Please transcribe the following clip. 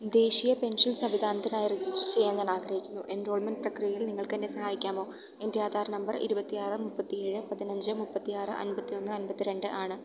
ദേശീയ പെൻഷൻ സംവിധാനത്തിനായി രജിസ്റ്റർ ചെയ്യാൻ ഞാൻ ആഗ്രഹിക്കുന്നു എൻറോൾമെന്റ് പ്രക്രിയയിൽ നിങ്ങൾക്ക് എന്നെ സഹായിക്കാമോ എന്റെ ആധാർ നമ്പർ ഇരുപത്തിയാറ് മുപ്പത്തിയേഴ് പതിനഞ്ച് മുപ്പത്തിയാറ് അന്പത്തിയൊന്ന് അന്പത്തിരണ്ട് ആണ്